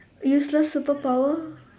useless superpower